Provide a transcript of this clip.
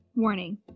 Warning